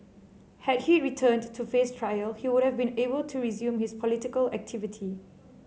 had he returned to face trial he would have been able to resume his political activity